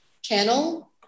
channel